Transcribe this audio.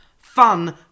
fun